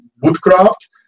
Woodcraft